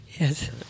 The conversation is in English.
Yes